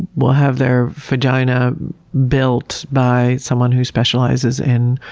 will have their vagina built by someone who specializes in